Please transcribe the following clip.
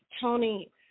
Tony